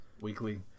Weekly